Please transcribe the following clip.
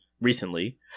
recently